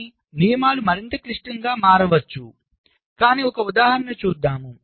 కానీ నియమాలు మరింత క్లిష్టంగా మారవచ్చు కాని ఒక ఉదాహరణను చూద్దాం